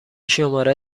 شماره